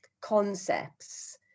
concepts